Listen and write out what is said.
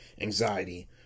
anxiety